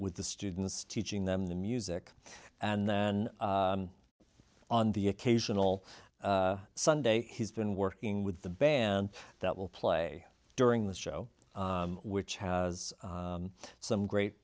with the students teaching them the music and then on the occasional sunday he's been working with the band that will play during the show which has some great